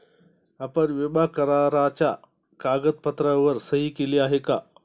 आपण विमा कराराच्या कागदपत्रांवर सही केली आहे का?